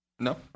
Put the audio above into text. No